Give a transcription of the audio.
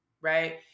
right